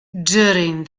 during